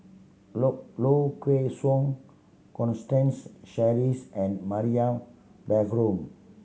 Low Low Kway Song Constance Sheares and Mariam Baharom